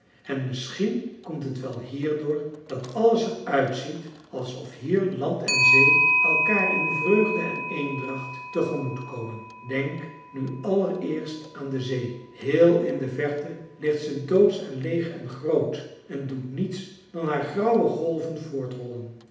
en misschien komt het wel hierdoor dat alles er uitziet alsof hier land en zee elkaar in vreugde en eendracht te gemoet komen denk nu allereerst aan de zee heel in de verte ligt ze doodsch en leeg en groot en doet niets dan haar grauwe golven